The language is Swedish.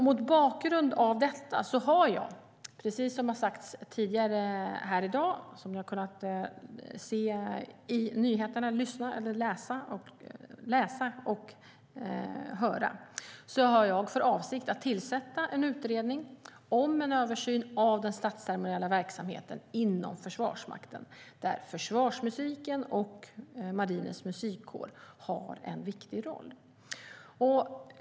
Mot bakgrund av detta har jag - precis som har sagts tidigare här i dag, och precis som vi har kunnat se, höra och läsa i nyheterna - för avsikt att tillsätta en utredning om en översyn av den statsceremoniella verksamheten inom Försvarsmakten, där försvarsmusiken och Marinens Musikkår har en viktig roll.